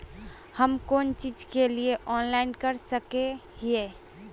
हम कोन चीज के लिए ऑनलाइन कर सके हिये?